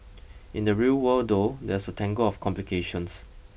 in the real world though there's a tangle of complications